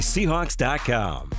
Seahawks.com